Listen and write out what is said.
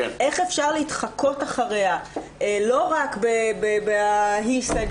איך אפשר להתחקות אחריה לא רק ב"היא אמרה,